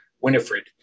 Winifred